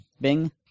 Bing